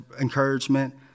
encouragement